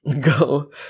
go